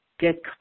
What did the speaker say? Get